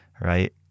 right